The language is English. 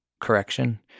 correction